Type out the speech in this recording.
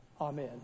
Amen